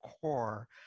core